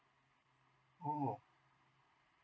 oh